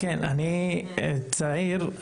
כן, אני צעיר.